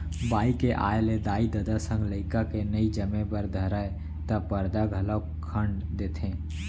बाई के आय ले दाई ददा संग लइका के नइ जमे बर धरय त परदा घलौक खंड़ देथे